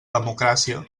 democràcia